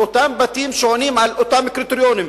אותם בתים שעונים על אותם קריטריונים,